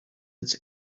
its